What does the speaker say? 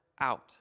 Out